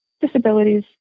disabilities